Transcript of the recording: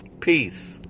Peace